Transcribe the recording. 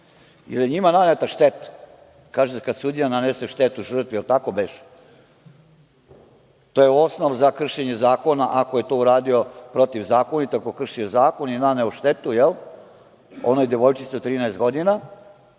je njima naneta šteta. Kada sudija nanese štetu žrtvi, da li tako beše, to je osnov za kršenje zakona. Ako je to uradio protivzakonito, ako je kršio zakon i naneo štetu onoj devojčici od 13 godina,